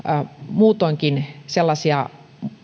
muutoinkin sellaisia